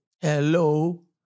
Hello